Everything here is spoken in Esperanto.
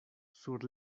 sur